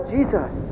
Jesus